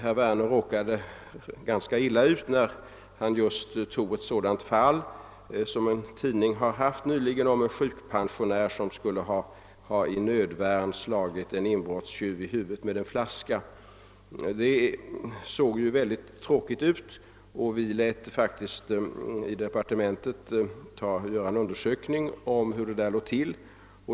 Herr Werner råkade också ganska illa ut när han tog upp ett fall som' det nyligen skrivits om i en tidning och där en sjukpensionär skulle i nödvärn ha slagit en inbrottstjuv i huvudet med en flaska. Detta verkade ju vara en mycket tråkig historia, och vi i departementet lät faktiskt göra en undersökning av hur det hela gått till.